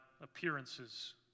appearance's